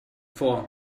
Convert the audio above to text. for